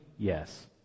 Yes